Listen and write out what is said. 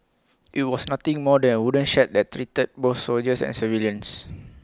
IT was nothing more than A wooden shed that treated both soldiers and civilians